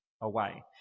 away